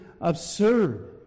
absurd